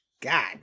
God